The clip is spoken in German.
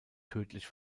tödlich